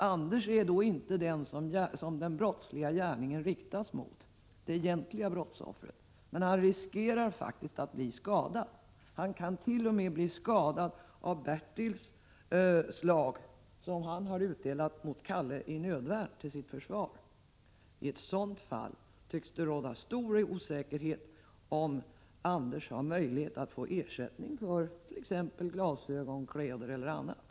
Anders är då inte den som den brottsliga gärningen har riktats mot, det egentliga brottsoffret, men han riskerar faktiskt att bli skadad. Det kant.o.m. vara så att han blir skadad inte av Bertils slag, utan av det slag som Kalle utdelat till sitt försvar. I sådant fall tycks det råda stor osäkerhet om Anders har möjlighet att få ersättning för t.ex. glasögon, kläder eller annat.